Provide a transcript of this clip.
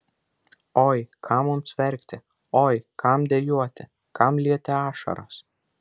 oi kam mums verkti oi kam dejuoti kam lieti ašaras